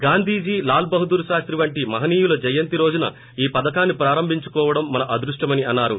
గాంధీజీ లాల్ బహుదూర్ శాస్తి పంటి మహనీయుల జయంతి రోజున ఈ పథకాన్ని ప్రారంభించుకోవడం మన అదృష్ణమని అన్నారు